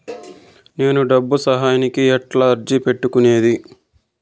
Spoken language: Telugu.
నేను డబ్బు సహాయానికి ఎట్లా అర్జీ పెట్టుకునేది?